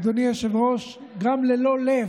אדוני היושב-ראש, גם ללא לב.